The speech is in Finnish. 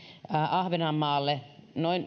ahvenanmaalle noin